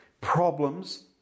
Problems